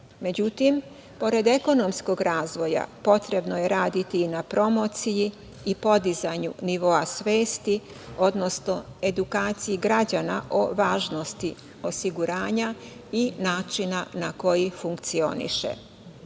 Međutim, pored ekonomskog razvoja potrebno je raditi i na promociji i podizanju nivoa svesti, odnosno edukaciji građana o važnosti osiguranja i načina na koji funkcioniše.